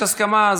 אם יש הסכמה,